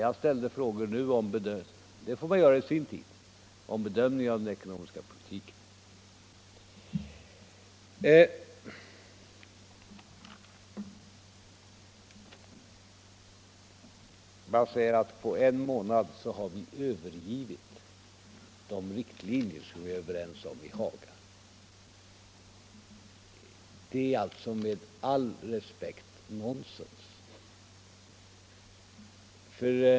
Jag ställde här frågor om den ekonomiska politiken. Man säger att på en månad har vi övergivit de riktlinjer som vi var ense om i Hagaöverenskommelsen — det är med all respekt nonsens.